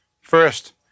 First